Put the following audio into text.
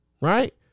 Right